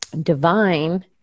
divine